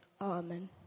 Amen